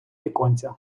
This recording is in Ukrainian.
віконця